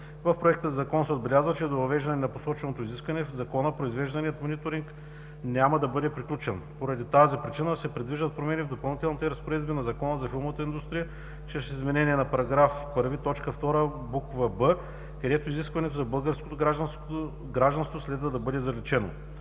В Проекта на Закон се отбелязва, че до въвеждане на посоченото изискване в Закона провежданият мониторинг няма да бъде приключен. Поради тази причина се предвиждат промени в Допълнителните разпоредби на Закона за филмовата индустрия чрез изменение в § 1, т. 2, буква „б“, където изискването за българско гражданство следва да бъде заличено.